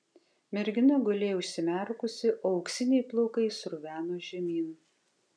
mergina gulėjo užsimerkusi o auksiniai plaukai sruveno žemyn